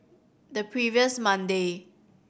the previous Monday